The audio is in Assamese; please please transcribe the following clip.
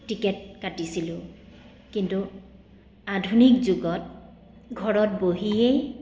টিকেট কাটিছিলোঁ কিন্তু আধুনিক যুগত ঘৰত বহিয়েই